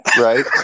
right